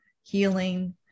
healing